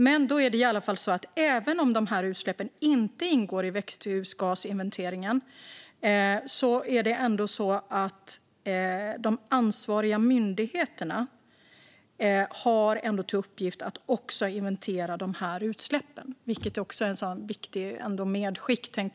Men även om dessa utsläpp inte ingår i växthusgasinventeringen har de ansvariga myndigheterna ändå i uppgift att också inventera dessa utsläpp, vilket ändå är ett viktigt medskick.